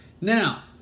Now